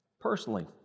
personally